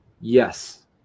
yes